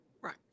Right